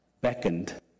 beckoned